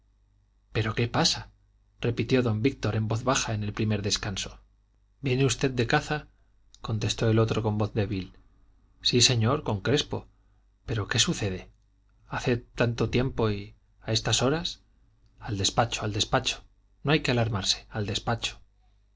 pero qué pasa repitió don víctor en voz baja en el primer descanso viene usted de caza contestó el otro con voz débil sí señor con crespo pero qué sucede hace tanto tiempo y a estas horas al despacho al despacho no hay que alarmarse al despacho